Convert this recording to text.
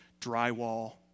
drywall